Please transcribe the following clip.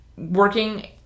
Working